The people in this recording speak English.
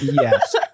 Yes